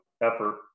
effort